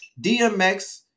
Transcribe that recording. DMX